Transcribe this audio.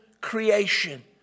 creation